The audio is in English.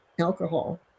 alcohol